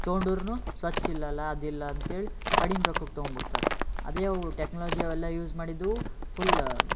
ತೊಗೊಂಡುರು ಸ್ವಚ್ಛ ಇಲ್ವಲ್ಲ ಅದಿಲ್ಲ ಅಂತ್ಹೇಳಿ ಕಡಿಮೆ ರೊಕ್ಕಕ್ಕೆ ತೊಗೊಂಡ್ ಬಿಡ್ತಾರೆ ಅದೇ ಅವು ಟೆಕ್ನಾಲಜಿ ಅವೆಲ್ಲ ಯೂಸ್ ಮಾಡಿದ್ದವು ಫುಲ್ಲ